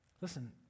Listen